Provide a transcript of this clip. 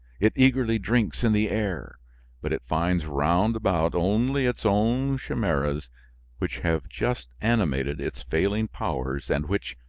it eagerly drinks in the air but it finds round about only its own chimeras which have just animated its failing powers and which,